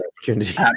opportunity